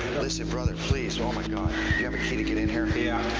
listen, brother, please, oh my god. do you have a key to get in here? yeah.